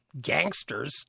gangsters